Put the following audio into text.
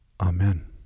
Amen